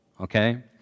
Okay